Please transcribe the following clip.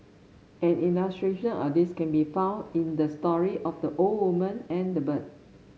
an illustration of this can be found in the story of the old woman and the bird